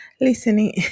listening